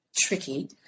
tricky